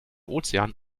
ozean